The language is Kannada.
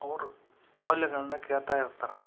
ಅವರು ಮೌಲ್ಯಗಳನ್ನ ಕೇಳ್ತಾ ಇರ್ತಾರೆ